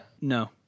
no